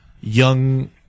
young